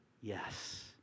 Yes